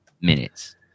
minutes